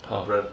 ra~